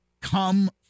come